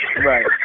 Right